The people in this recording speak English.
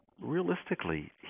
realistically